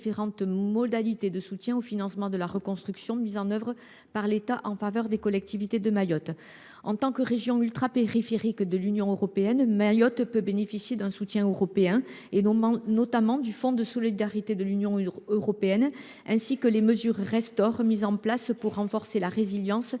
modalités de soutien au financement de la reconstruction mise en œuvre par l’État en faveur des collectivités de Mayotte ». En tant que région ultrapériphérique de l’Union européenne, Mayotte peut bénéficier d’un soutien européen, au travers notamment du Fonds de solidarité de l’Union européenne, ainsi que du dispositif Restore, qui doit être mis en place pour renforcer la résilience